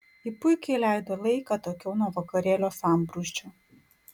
ji puikiai leido laiką atokiau nuo vakarėlio sambrūzdžio